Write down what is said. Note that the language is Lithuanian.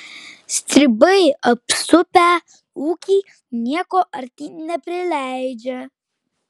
stribai apsupę ūkį nieko artyn neprileidžia